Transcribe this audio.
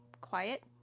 quiet